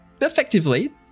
Effectively